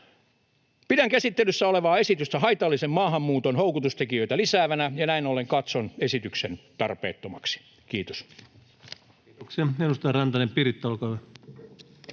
Pidän käsittelyssä olevaa esitystä haitallisen maahanmuuton houkutustekijöitä lisäävänä, ja näin ollen katson esityksen tarpeettomaksi. — Kiitos. Kiitoksia. — Edustaja Piritta Rantanen, olkaa hyvä.